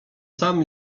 sam